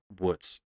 woods